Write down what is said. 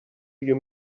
you